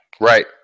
Right